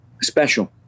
Special